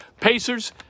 Pacers